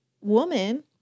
woman